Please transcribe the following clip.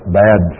bad